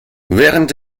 während